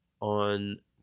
on